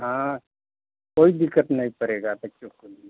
हाँ कोई दिक्कत नहीं पड़ेगी बच्चों को लिए